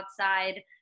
outside